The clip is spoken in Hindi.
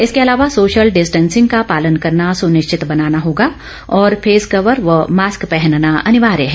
इसके अलावा सोशल डिस्टेंसिंग का पालन करना सुनिश्चित बनाना होगा और फेस कवर व मास्क पहनना अनिवार्य है